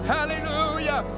Hallelujah